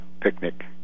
picnic